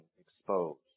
exposed